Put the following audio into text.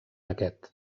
aquest